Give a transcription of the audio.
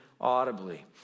audibly